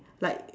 like